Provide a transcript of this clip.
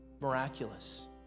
miraculous